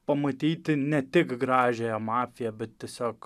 pamatyti ne tik gražiąją mafiją bet tiesiog